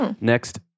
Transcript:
next